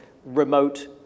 remote